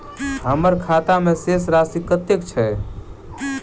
हम्मर खाता मे शेष राशि कतेक छैय?